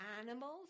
animals